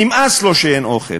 נמאס לו שאין אוכל.